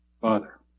father